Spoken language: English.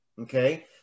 okay